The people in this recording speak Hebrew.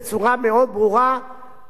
זה תעודת עניות לכנסת.